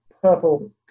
purple